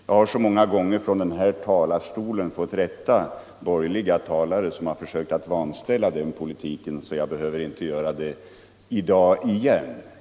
Jag har så många gånger från denna talarstol fått rätta borgerliga talare som försökt vanställa den politiken att jag behöver inte göra det i dag igen.